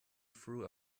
through